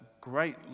great